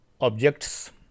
objects